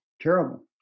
terrible